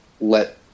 let